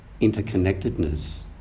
interconnectedness